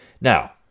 Now